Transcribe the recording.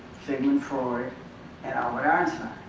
sigmund freud and albert einstein.